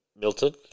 Milton